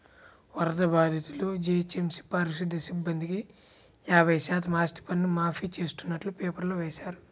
వరద బాధితులు, జీహెచ్ఎంసీ పారిశుధ్య సిబ్బందికి యాభై శాతం ఆస్తిపన్ను మాఫీ చేస్తున్నట్టు పేపర్లో వేశారు